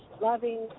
loving